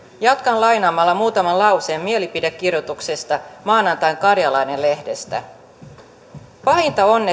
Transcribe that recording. jatkan lainaamalla muutaman lauseen mielipidekirjoituksesta maanantain karjalainen lehdestä pahinta on